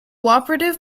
operative